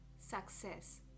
success